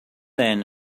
then